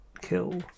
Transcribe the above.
kill